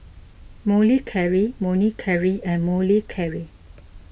Molicare Molicare and Molicare